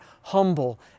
humble